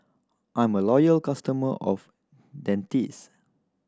I'm a loyal customer of Dentiste